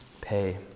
pay